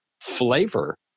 flavor